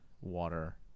water